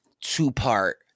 two-part